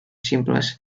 simples